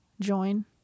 join